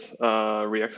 React